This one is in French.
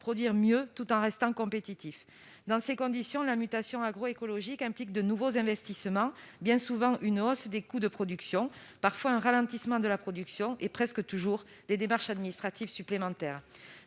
produire mieux, tout en restant compétitif dans ces conditions, la mutation agro-écologique implique de nouveaux investissements, bien souvent, une hausse des coûts de production parfois un ralentissement de la production et presque toujours les démarches administratives supplémentaires